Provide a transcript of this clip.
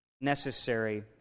necessary